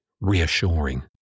reassuring